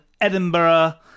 edinburgh